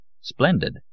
Splendid